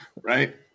Right